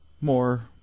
more